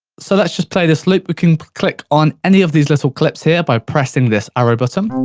so, let's just play this loop, we can click on any of these little clips here, by pressing this arrow button.